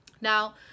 Now